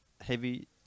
heavy